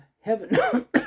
heaven